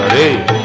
Hey